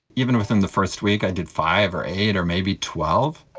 even within the first week i did five or eight or maybe twelve,